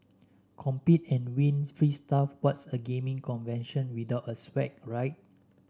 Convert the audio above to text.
compete and win free stuff what's a gaming convention without swag right